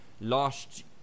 last